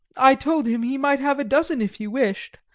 i told him he might have a dozen if he wished,